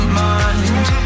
mind